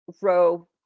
row